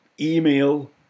email